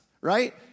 right